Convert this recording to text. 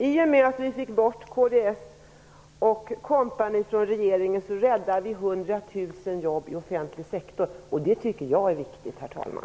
I och med att vi fick bort kds och kompani från regeringen räddade vi hundratusen jobb i offentlig sektor. Det tycker jag är viktigt, herr talman.